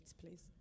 please